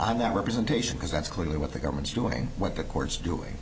i'm not representation because that's clearly what the government's doing what the courts doing